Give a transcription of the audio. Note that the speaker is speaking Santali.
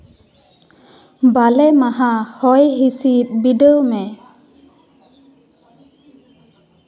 ᱵᱟᱞᱮ ᱢᱟᱦᱟ ᱦᱚᱭ ᱦᱤᱸᱥᱤᱫ ᱵᱤᱰᱟᱹᱣ ᱢᱮ